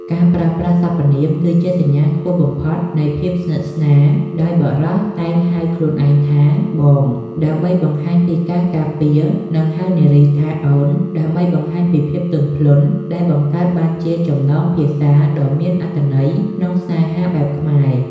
ការប្រើប្រាស់សព្វនាមគឺជាសញ្ញាខ្ពស់បំផុតនៃភាពស្និទ្ធស្នាល ដោយបុរសតែងហៅខ្លួនឯងថា "បង" ដើម្បីបង្ហាញពីការការពារ និងហៅនារីថា "អូន" ដើម្បីបង្ហាញពីភាពទន់ភ្លន់ ដែលបង្កើតបានជាចំណងភាសាដ៏មានអត្ថន័យក្នុងស្នេហាបែបខ្មែរ។